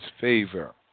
favor